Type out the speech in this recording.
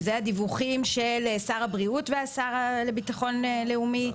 שזה הדיווחים של שר הבריאות והשר לביטחון לאומי,